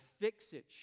Fix-It